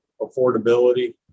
affordability